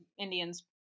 Indians